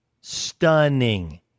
Stunning